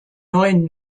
neuen